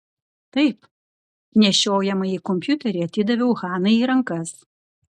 taip nešiojamąjį kompiuterį atidaviau hanai į rankas